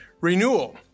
Renewal